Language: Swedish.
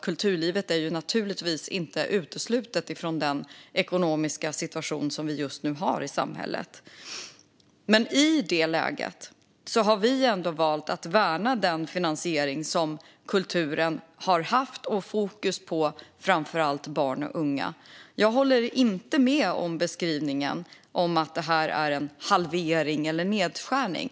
Kulturlivet står naturligtvis inte utanför den ekonomiska situation vi just nu har i samhället. I det läget har vi ändå valt att värna den finansiering som kulturen har haft med fokus framför allt på barn och unga. Jag håller inte med om beskrivningen att det här är en halvering eller nedskärning.